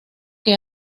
que